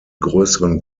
größeren